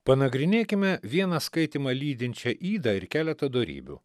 panagrinėkime vieną skaitymą lydinčią ydą ir keletą dorybių